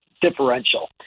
differential